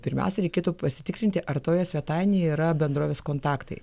pirmiausia reikėtų pasitikrinti ar toje svetainėje yra bendrovės kontaktai